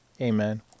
Amen